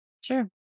Sure